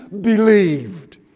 believed